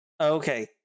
Okay